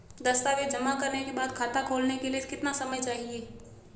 दस्तावेज़ जमा करने के बाद खाता खोलने के लिए कितना समय चाहिए?